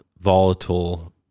volatile